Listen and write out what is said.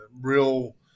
real